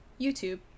youtube